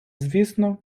звісно